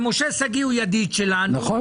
ומשה שגיא הוא ידיד שלנו,